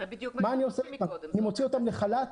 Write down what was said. מה אני עושה איתם, אני מוציא אותם לחל"ת?